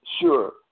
sure